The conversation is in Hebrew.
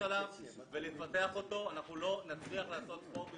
עליו ולפתח אותו אנחנו לא נצליח לעשות ספורט בישראל.